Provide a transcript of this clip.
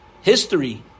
history